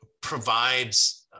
provides